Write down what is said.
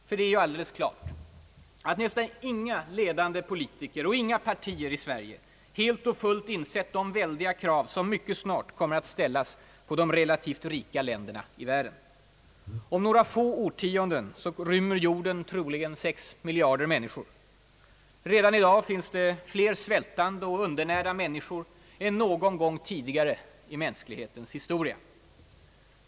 Ty det är ju alldeles klart att nästan inga ledande politiker och inga partier i Sverige helt och fullt insett de väldiga krav som mycket snart kommer att ställas på de relativt rika länderna i världen. Om några få årtionden rymmer jorden troligen sex miljarder människor. Redan i dag finns det fler svältande och undernärda människor än någon gång tidigare i mänsklighetens historia.